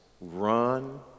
run